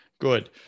Good